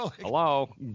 hello